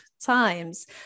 times